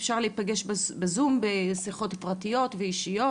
אפשר להיפגש בזום לשיחות פרטיות ואישיות